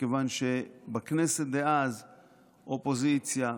מכיוון שבכנסת דאז אופוזיציה,